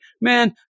man